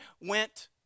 went